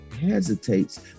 hesitates